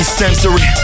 sensory